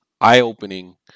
eye-opening